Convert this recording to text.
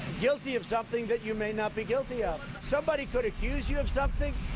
guilty of something that you may not be guilty of. somebody could accuse you of something,